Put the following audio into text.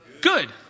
Good